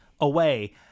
away